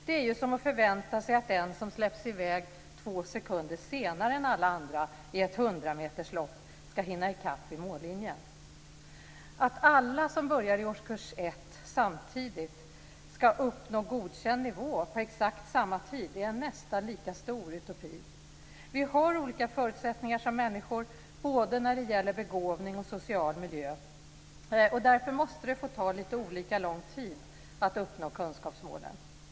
Det är ju som att förvänta sig att en som släpps i väg två sekunder senare än alla andra i ett hundrameterslopp ska hinna i kapp vid mållinjen. Att alla som börjar i årskurs 1 samtidigt ska uppnå godkänd nivå på exakt samma tid är en nästan lika stor utopi. Vi har olika förutsättningar som människor både när det gäller begåvning och social miljö, och därför måste det få ta lite olika lång tid att uppnå kunskapsmålen.